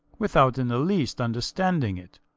without in the least understanding it,